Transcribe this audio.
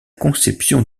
conception